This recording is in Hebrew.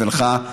ולך,